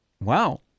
Wow